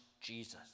Jesus